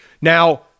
Now